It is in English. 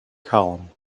column